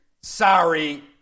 Sorry